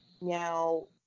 Now